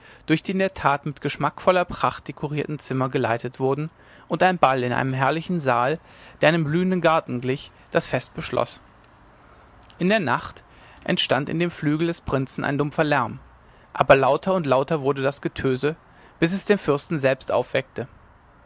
durch die in der tat mit geschmackvoller pracht dekorierten zimmer geleitet wurden und ein ball in einem herrlichen saal der einem blühenden garten glich das fest beschloß in der nacht entstand in dem flügel des prinzen ein dumpfer lärm aber lauter und lauter wurde das getöse bis es den fürsten selbst aufweckte